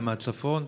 גם מהצפון,